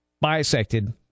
bisected